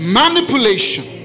manipulation